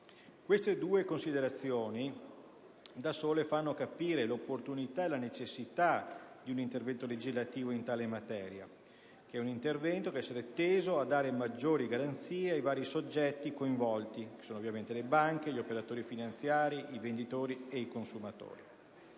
Queste due considerazioni, da sole, fanno capire l'opportunità e la necessità di un intervento legislativo in tale materia. L'intervento deve essere teso a dare maggiori garanzie ai vari soggetti coinvolti che sono ovviamente le banche, gli operatori finanziari, i venditori e i consumatori.